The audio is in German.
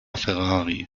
ferrari